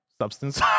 Substance